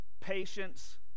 patience